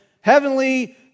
heavenly